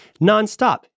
nonstop